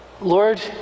Lord